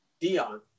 Dion